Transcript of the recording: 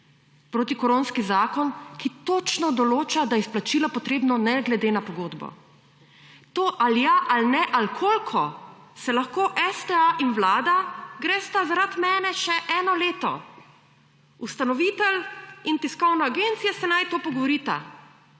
protikoronski zakon, ki točno določa, da je izplačila potrebno ne glede na pogodbo. To ali ja ali ne ali koliko se lahko STA in vlada gresta zaradi mene še eno leto. Ustanovitelj in tiskovna agencija naj se to pogovorita.